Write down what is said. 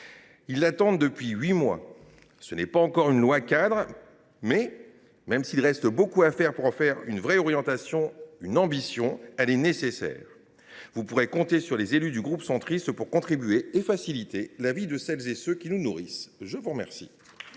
Ils l’attendent depuis huit mois. Ce n’est pas encore une loi cadre, mais, même s’il reste beaucoup à faire pour en faire une vraie orientation, une ambition, elle est nécessaire. Vous pourrez compter sur les élus du groupe Union Centriste pour faciliter la vie de celles et de ceux qui nous nourrissent. Mes chers